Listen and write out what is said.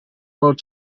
world